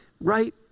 right